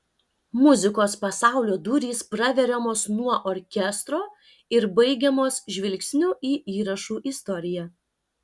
muzikos pasaulio durys praveriamos nuo orkestro ir baigiamos žvilgsniu į įrašų istoriją